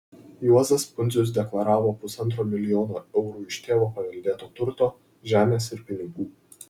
juozas pundzius deklaravo pusantro milijono eurų iš tėvo paveldėto turto žemės ir pinigų